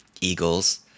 Eagles